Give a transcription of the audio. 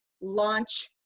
Launch